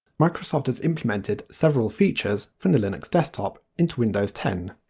microsoft has implemented several features from linux desktop into windows ten,